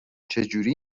چهجوری